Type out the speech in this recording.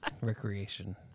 recreation